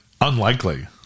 unlikely